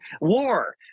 war